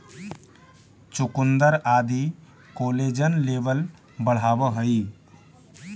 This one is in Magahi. चुकुन्दर आदि कोलेजन लेवल बढ़ावऽ हई